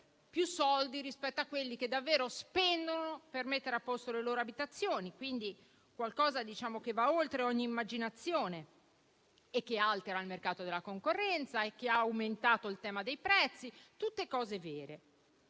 più soldi rispetto a quelli che davvero spendono per mettere a posto le loro abitazioni. Quindi, qualcosa che va oltre ogni immaginazione, che altera il mercato della concorrenza e che ha aumentato il tema dei prezzi. Sono tutte cose vere,